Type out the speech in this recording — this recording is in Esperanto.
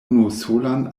unusolan